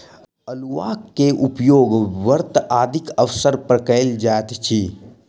अउलुआ के उपयोग व्रत आदिक अवसर पर कयल जाइत अछि